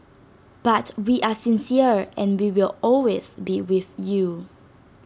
but we are sincere and we will always be with you